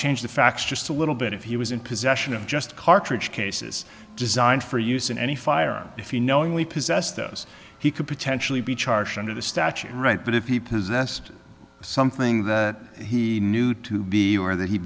change the facts just a little bit if he was in possession of just cartridge cases designed for use in any firearm if you knowingly possessed those he could potentially be charged under the statute right but if he possessed something that he knew to be or that he